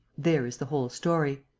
there is the whole story.